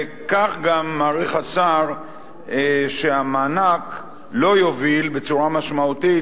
כך גם מעריך השר שהמענק לא יוביל בצורה משמעותית